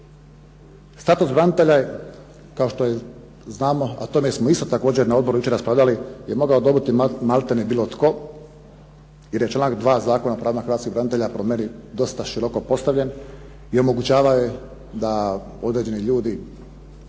Status branitelja, kao što i znamo, o tome smo isto također na odboru jučer raspravljali, je mogao dobiti malte ne bilo tko jer je članak 2. Zakona o pravima hrvatskih branitelja po meni dosta široko postavljen i omogućavao je da određeni ljudi,